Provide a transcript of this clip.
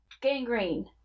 gangrene